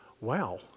wow